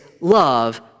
love